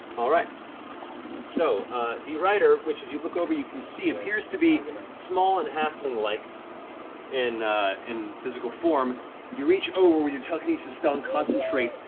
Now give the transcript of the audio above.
so the rider, which as you look over you can see appears to be small and halfling-like in in physical form you reach over with your telekinesis spell and concentrate.